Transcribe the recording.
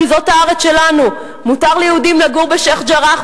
כי זאת הארץ שלנו: מותר ליהודים לגור בשיח'-ג'ראח,